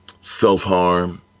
Self-harm